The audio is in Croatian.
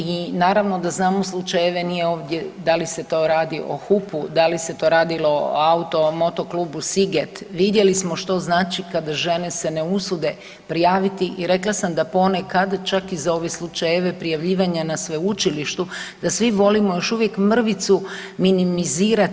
I naravno da znamo slučajeve, nije ovdje da li se to radi o HUP-u, da li se to radilo o Auto moto klubu Siget, vidjeli smo što znači kada žene se ne usude prijaviti i rekla sam da ponekad čak i za ove slučajeve prijavljivanja na sveučilištu, da svi volimo još uvijek mrvicu minimizirati.